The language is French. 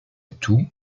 tout